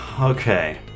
Okay